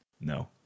no